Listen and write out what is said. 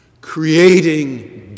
creating